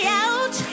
out